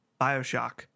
Bioshock